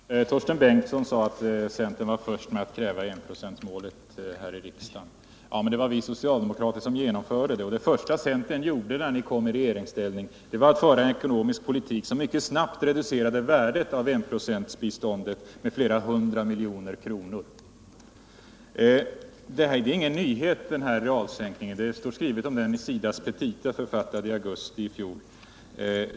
Herr talman! Torsten Bengtson sade att centern var först med att här i riksdagen kräva att enprocentsmålet skulle uppfyllas. Men det var vi socialdemokrater som uppfyllde det. Vad centern gjorde när man kom i regeringsställning var att föra en politik som mycket snabbt reducerade värdet av enprocentsbiståndet med flera hundra miljoner kronor. Denna realsänkning är ingen nyhet. Det står skrivet om den i SIDA:s petitaframställning, författad i augusti i fjol.